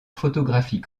photographie